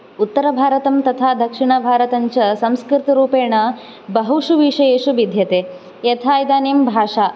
उत्तरभारतं तथा दक्षिणभारतं च संस्कृतिरूपेण बहुषु विषयेषु भिद्यते यथा इदानीं भाषा